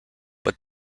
but